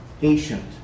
patient